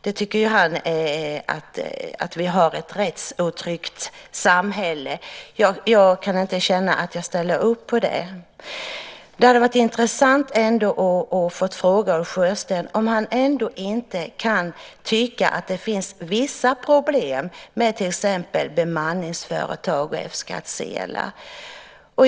Det visar att vi har ett rättsotryggt samhälle, tycker Ulf Sjösten. Jag kan inte ställa upp på det. Det hade varit intressant att fråga Ulf Sjösten om han ändå inte kan tycka att det finns vissa problem med till exempel bemanningsföretag och F-skattsedlar.